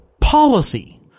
policy